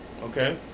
okay